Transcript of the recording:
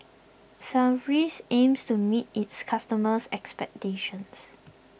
Sigvaris aims to meet its customers' expectations